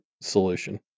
solution